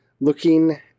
looking